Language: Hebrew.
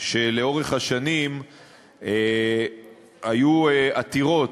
שלאורך השנים היו עתירות